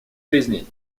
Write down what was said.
жизней